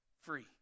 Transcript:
free